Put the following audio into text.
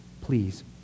Please